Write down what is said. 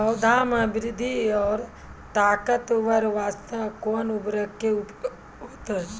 पौधा मे बृद्धि और ताकतवर बास्ते कोन उर्वरक के उपयोग होतै?